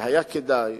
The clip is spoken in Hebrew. שהיה כדאי